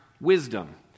Wisdom